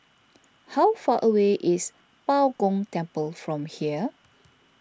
how far away is Bao Gong Temple from here